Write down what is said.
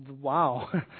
wow